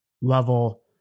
level